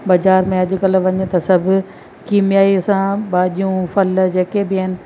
बाज़ारि में अॼु कल्ह वञु त सभु कीमयायी सां भाॼियूं फ़ल जेके बि आहिनि